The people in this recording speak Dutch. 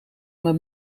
maar